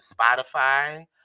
spotify